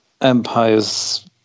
Empire's